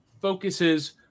focuses